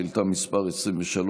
שאילתה מס' 23,